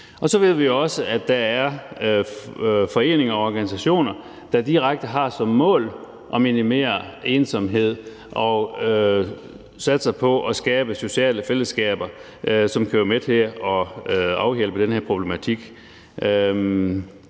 Så ved vi også, at der er foreninger og organisationer, der direkte har som mål at minimere ensomhed og satser på at skabe sociale fællesskaber, som kan være med til at afhjælpe den her problematik.